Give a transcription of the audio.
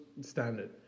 standard